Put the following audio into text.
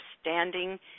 standing